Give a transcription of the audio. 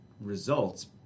results